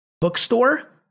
bookstore